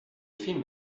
film